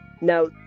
Now